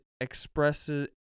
expresses